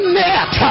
net